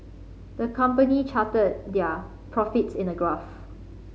the company charted their profits in a graph